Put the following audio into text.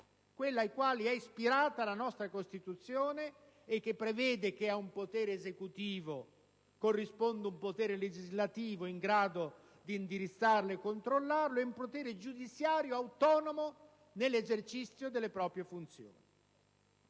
quelli ai quali è ispirata la nostra Costituzione e che prevedono che ad un potere esecutivo corrisponda un potere legislativo in grado di indirizzarlo e controllarlo, e un potere giudiziario autonomo nell'esercizio delle proprie funzioni.